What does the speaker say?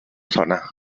sona